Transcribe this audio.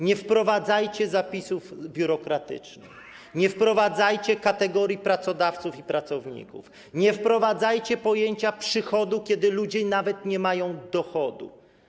Nie wprowadzajcie zapisów biurokratycznych, nie wprowadzajcie kategorii pracodawców i pracowników, nie wprowadzajcie pojęcia przychodu, kiedy ludzie nawet nie mają dochodu.